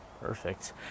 Perfect